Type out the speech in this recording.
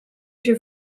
się